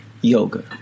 yoga